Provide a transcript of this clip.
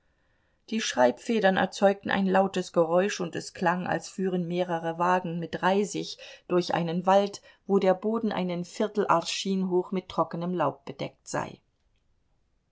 die schreibfedern erzeugten ein lautes geräusch und es klang als führen mehrere wagen mit reisig durch einen wald wo der boden einen viertel arschin hoch mit trockenem laub bedeckt sei